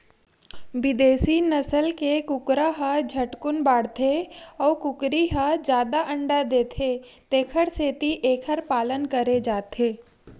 बिदेसी नसल के कुकरा ह झटकुन बाड़थे अउ कुकरी ह जादा अंडा देथे तेखर सेती एखर पालन करे जाथे